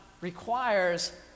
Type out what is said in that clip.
requires